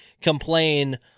complain